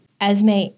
Esme